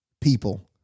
people